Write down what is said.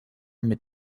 mit